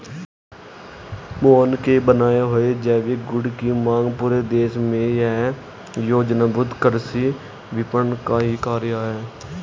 मोहन के बनाए हुए जैविक गुड की मांग पूरे देश में यह योजनाबद्ध कृषि विपणन का ही कार्य है